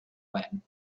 when